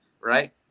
right